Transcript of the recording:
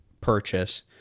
Purchase